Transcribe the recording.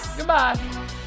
Goodbye